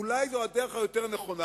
אולי זו הדרך היותר-נכונה.